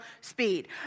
speed